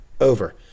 over